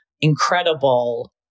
incredible